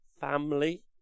Family